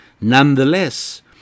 nonetheless